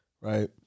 Right